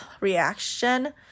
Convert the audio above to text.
reaction